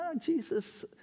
Jesus